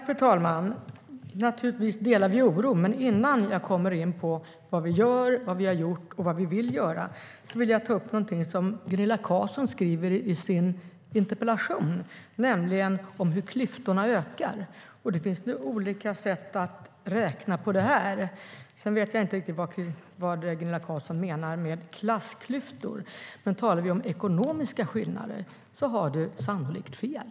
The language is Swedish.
Fru talman! Naturligtvis delar vi oron. Men innan jag kommer in på vad vi gör, vad vi har gjort och vad vi vill göra vill jag ta upp något som Gunilla Carlsson skriver i interpellationen, nämligen hur klyftorna ökar. Det finns olika sätt att räkna på det. Jag vet inte riktigt vad Gunilla Carlsson menar med klassklyftor, men om vi talar om ekonomiska skillnader har hon sannolikt fel.